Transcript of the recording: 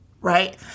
Right